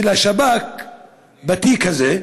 של השב"כ בתיק הזה,